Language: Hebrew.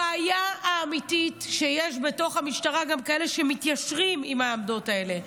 הבעיה האמיתית היא שבתוך המשטרה יש גם כאלה שמתיישרים עם העמדות האלה.